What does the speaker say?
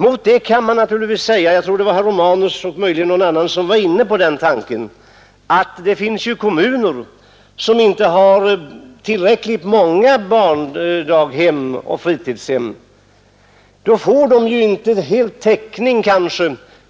Mot detta kan man givetvis säga — jag tror att herr Romanus och någon annan talare var inne på den frågan — att det ju finns kommuner som inte har så många barndaghem och fritidshem att de får full täckning